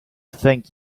think